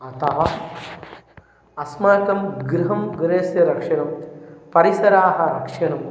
अतः अस्माकं गृहं गृहस्य रक्षणं परिसराः रक्षणं